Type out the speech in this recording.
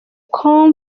com